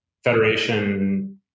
federation